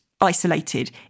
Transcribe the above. isolated